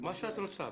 מה שאת רוצה.